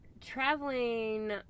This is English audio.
traveling